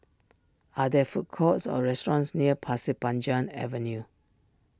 are there food courts or restaurants near Pasir Panjang Avenue